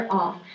off